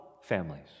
families